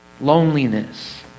loneliness